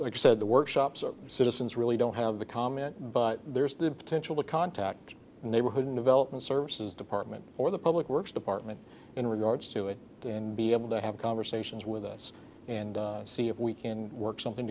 like you said the workshops are citizens really don't have the comment but there's the potential to contact the neighborhood and development services department or the public works department in regards to it and be able to have conversations with us and see if we can work something